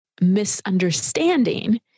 misunderstanding